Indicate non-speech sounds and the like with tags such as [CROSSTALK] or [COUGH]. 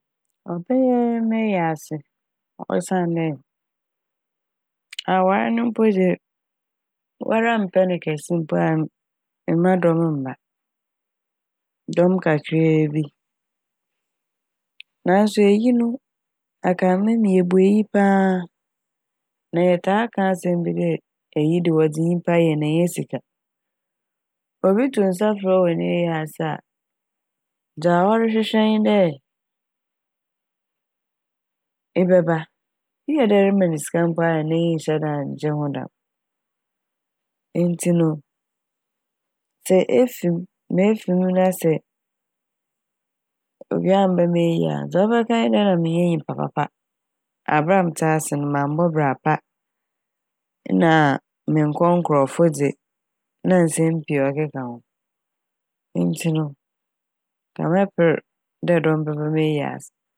[HESITATION] Ɔbɛyɛ m'eyi ase osiandɛ awar no mpo dze wara mmpɛ ne kɛse mpo a m- mma dɔm mmba dɔm kakraa bi naaso eyi no Akanman mu yebu eyi paa a na yɛtaa ka asɛm bi dɛ eyi de wɔdze nyimpa yɛ nnyɛ sika. Obi to nsa frɛ wo wɔ n'eyi ase a dza ɔrehwehwɛ nye dɛ ebɛba, eyɛ dɛ erema ne sika mpo a n'enyi nnhyɛ daa nngye ho dɛm. Ntsi no sɛ efi m' mefi m' na sɛ obia ammba m'eyi a dza wɔbɛka nye dɛ mennyɛ nyimpa papa aber a metse ase n' mammbɔ bra pa nna a mennkɔ nkorɔfo dze na nsɛm pii a ɔkeka ho ntsi no wɔbɛper dɛ dɔm bɛba m'eyi ase.